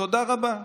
תודה רבה.